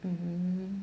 mmhmm